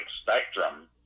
spectrum